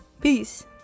Peace